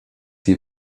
die